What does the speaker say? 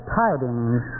tidings